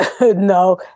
No